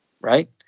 right